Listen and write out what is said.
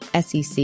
SEC